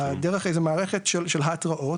דרך איזה מערכת של התראות,